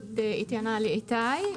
ובריאות איתנה לאיתי.